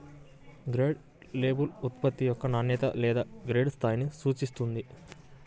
grade label ఉత్పత్తి యొక్క నాణ్యత లేదా గ్రేడ్ స్థాయిని సూచిస్తుంది